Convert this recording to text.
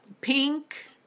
pink